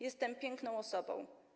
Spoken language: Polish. Jestem piękną osobą.